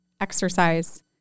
exercise